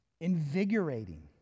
invigorating